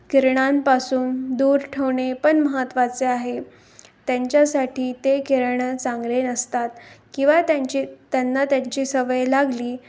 किरणांपासून दूर ठेवणे पण महत्त्वाचे आहे त्यांच्यासाठी ते किरणं चांगले नसतात किंवा त्यांची त्यांना त्यांची सवय लागली